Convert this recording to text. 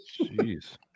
Jeez